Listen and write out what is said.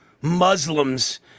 Muslims